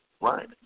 Right